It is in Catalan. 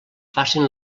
facin